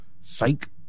Psych